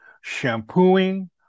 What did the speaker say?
shampooing